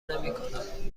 نمیکنم